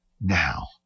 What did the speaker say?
now